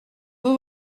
vous